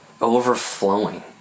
overflowing